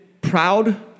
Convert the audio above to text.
proud